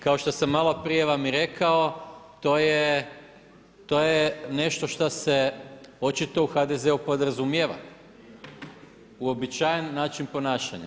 Kao što sam malo prije vam i rekao to je nešto što se očito u HDZ-u podrazumijeva, uobičajen način ponašanja.